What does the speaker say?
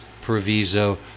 proviso